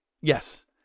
Yes